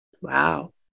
Wow